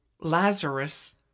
Lazarus